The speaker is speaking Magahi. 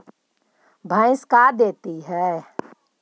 भैंस का देती है?